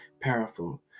powerful